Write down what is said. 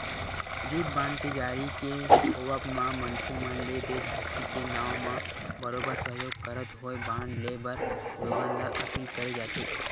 युद्ध बांड के जारी के होवब म मनखे मन ले देसभक्ति के नांव म बरोबर सहयोग करत होय बांड लेय बर लोगन ल अपील करे जाथे